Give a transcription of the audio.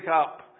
up